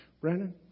Brandon